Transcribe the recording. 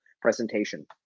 presentation